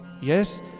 yes